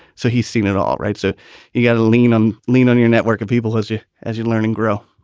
so he's seen it. all right. so you got to lean on lean on your network of people as you as you learn and grow.